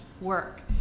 work